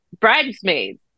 bridesmaids